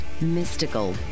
mystical